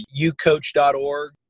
ucoach.org